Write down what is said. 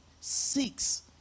six